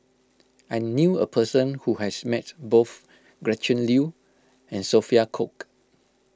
I knew a person who has met both Gretchen Liu and Sophia Cooke